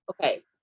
Okay